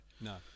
no